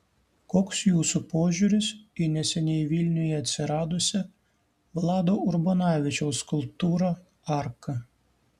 koks jūsų požiūris į neseniai vilniuje atsiradusią vlado urbanavičiaus skulptūrą arka